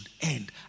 end